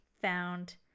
found